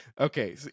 Okay